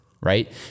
Right